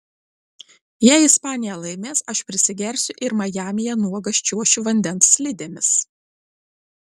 jei ispanija laimės aš prisigersiu ir majamyje nuogas čiuošiu vandens slidėmis